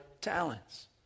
talents